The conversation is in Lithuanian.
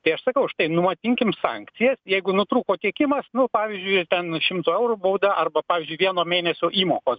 tai aš sakau štai numatinkim sankcijos jeigu nutrūko tiekimas nu pavyzdžiui ten šimto eurų bauda arba pavyzdžiui vieno mėnesio įmokos